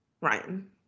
Ryan